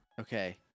Okay